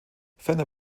ferner